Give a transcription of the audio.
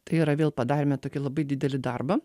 tai yra vėl padarėme tokį labai didelį darbą